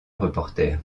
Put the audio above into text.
reporter